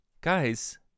Guys